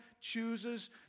chooses